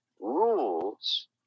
rules